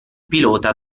pilota